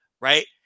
right